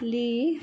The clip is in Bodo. लि